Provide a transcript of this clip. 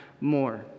more